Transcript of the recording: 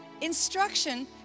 instruction